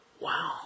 wow